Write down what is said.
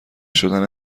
شدن